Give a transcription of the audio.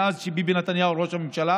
מאז שביבי נתניהו היה ראש הממשלה